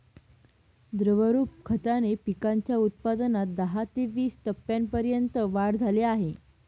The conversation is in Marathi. द्रवरूप खताने पिकांच्या उत्पादनात दहा ते वीस टक्क्यांपर्यंत वाढ झाली आहे